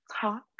talk